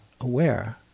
aware